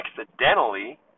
accidentally